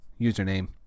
username